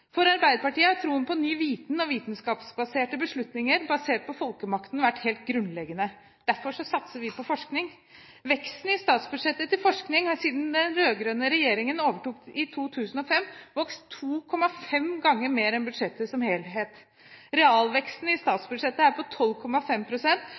For Arbeiderpartiet har troen på ny viten og vitenskapsbaserte beslutninger basert på folkemakten vært helt grunnleggende. Derfor satser vi på forskning. Veksten i statsbudsjettet til forskning har siden den rød-grønne regjeringen overtok i 2005, vært 2,5 ganger større enn for budsjettet som helhet. Realveksten i